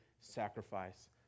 sacrifice